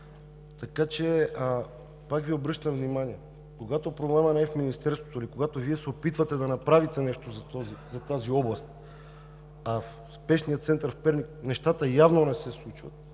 така че пак Ви обръщам внимание – когато проблемът не е в Министерството или когато Вие се опитвате да направите нещо за тази област, а в Спешния център в Перник нещата явно не се случват,